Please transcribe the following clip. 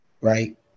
right